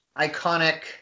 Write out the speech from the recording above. Iconic